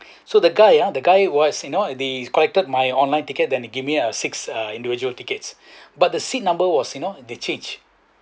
so the guy ah the guy was you know they corrected my online ticket then he give me uh six uh individual tickets but the seat number was you know they changed